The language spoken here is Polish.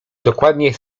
dokładnie